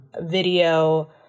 video